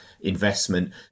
investment